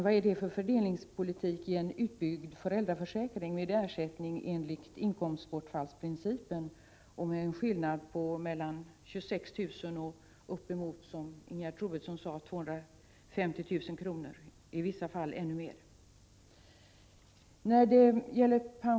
Vad är det för fördelningspolitik i en utbyggd föräldraförsäkring med ersättning enligt inkomstbortfallsprincipen och med en skillnad på mellan 26 000 och uppemot, som Ingegerd Troedsson sade, 250 000 kr., i vissa fall ännu mer?